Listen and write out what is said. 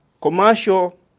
commercial